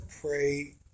pray